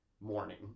morning